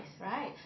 right